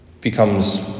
becomes